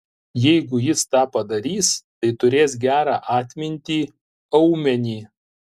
jeigu jis tą padarys tai turės gerą atmintį aumenį